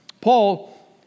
Paul